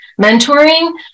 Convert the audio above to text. mentoring